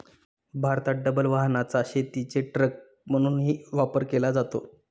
भारतात डबल वाहनाचा शेतीचे ट्रक म्हणूनही वापर केला जातो